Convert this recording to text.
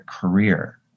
career